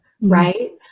right